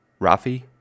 Rafi